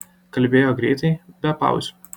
kalbėjo greitai be pauzių